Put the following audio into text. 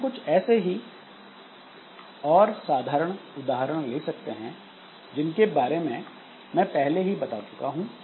हम कुछ ऐसे ही और साधारण उदाहरण ले सकते हैं जिनके बारे में मैं पहले ही बता चुका हूं